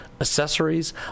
accessories